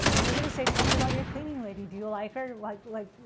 and they're going to say, tell me about your cleaning lady. do you like her? like like